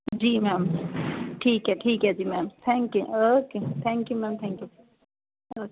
ਜੀ ਮੈਮ ਠੀਕ ਹੈ ਠੀਕ ਹੈ ਜੀ ma'am thank you okay thank you ma'am thank you okay